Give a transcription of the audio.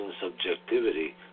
subjectivity